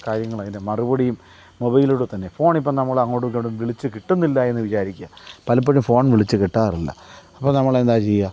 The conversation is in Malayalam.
കാര്യങ്ങൾ അതിൻ്റെ മറുപടിയും മൊബൈലിലൂടെ തന്നെ ഫോണിപ്പം നമ്മളങ്ങോടും ഇങ്ങോടും വിളിച്ച് കിട്ടുന്നില്ല എന്ന് വിചാരിക്കുക പലപ്പോഴും ഫോൺ വിളിച്ച് കിട്ടാറില്ല അപ്പോൾ നമ്മളെന്താ ചെയ്യുക